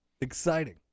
Exciting